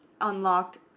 unlocked